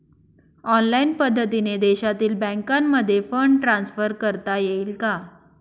Online पद्धतीने देशातील बँकांमध्ये फंड ट्रान्सफर करता येईल का?